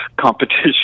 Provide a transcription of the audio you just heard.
competition